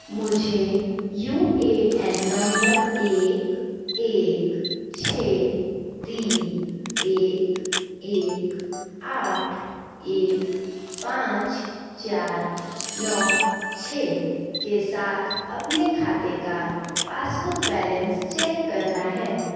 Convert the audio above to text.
मुझे U A N नंबर एक एक छः तीन एक एक आठ एक पाँच चार नौ छः के साथ अपने खाते का पासबुक बैलेंस चेक करना है